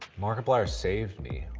markiplier saved me.